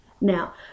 Now